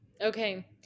Okay